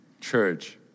church